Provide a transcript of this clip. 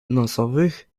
nosowych